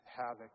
havoc